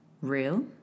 real